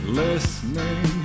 listening